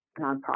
nonprofit